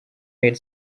made